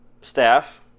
staff